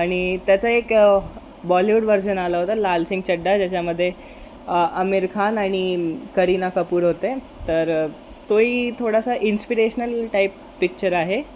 आणि त्याचा एक बॉलीवूड वर्जन आला होता लालसिंग चड्ढा ज्याच्यामध्ये अमीर खान आणि करिना कपूर होते तर तोही थोडासा इन्स्पिरेशनल टाईप पिक्चर आहे